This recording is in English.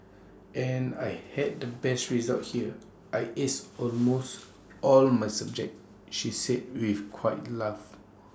and I had the best results here I ace almost all of my subjects she says with quiet laugh